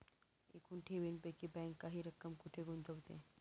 एकूण ठेवींपैकी बँक काही रक्कम कुठे गुंतविते?